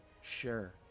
Sure